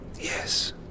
Yes